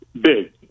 big